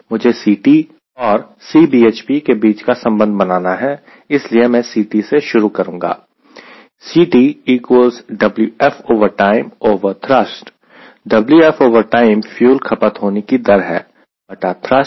मुझे Ct और Cbhp के बीच का संबंध बनाना है इसलिए मैं Ct से शुरू करूंगा Wf time फ्यूल खपत होने की दर है बटा थ्रस्ट